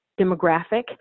demographic